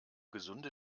gesunde